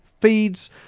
feeds